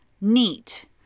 neat